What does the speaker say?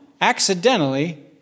accidentally